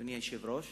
אדוני היושב-ראש,